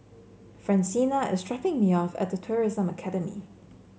Francina is dropping me off at The Tourism Academy